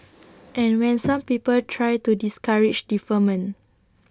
and when some people tried to discourage deferment